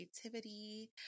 creativity